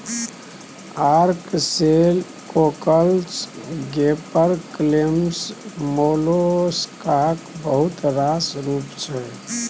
ark shell, cockles, gaper clams मोलेस्काक बहुत रास रुप छै